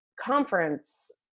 conference